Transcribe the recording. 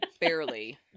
Barely